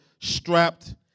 strapped